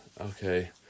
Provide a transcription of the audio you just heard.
Okay